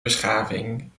beschaving